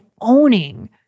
owning